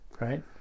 Right